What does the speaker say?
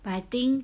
but I think